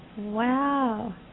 Wow